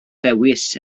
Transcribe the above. ddewis